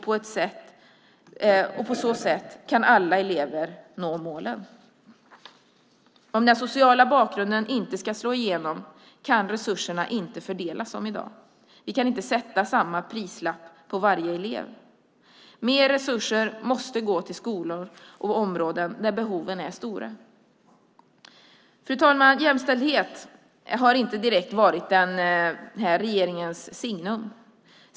På så sätt kan alla elever nå målen. Om den sociala bakgrunden inte ska slå igenom kan resurserna inte fördelas som i dag. Vi kan inte sätta samma pris på varje elev. Mer resurser måste gå till skolor och områden där behoven är stora. Fru talman! Jämställdhet har inte direkt varit den här regeringens signum.